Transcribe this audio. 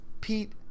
Pete